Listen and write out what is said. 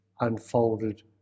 unfolded